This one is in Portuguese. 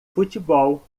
futebol